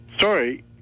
sorry